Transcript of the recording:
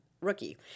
rookie